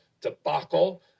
debacle